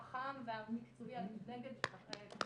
החכם והמקצועי נגד הטרדות